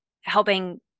helping